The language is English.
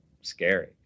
scary